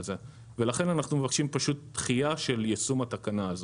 ולכן אנחנו מבקשים פשוט דחיה של יישום התקנה הזו.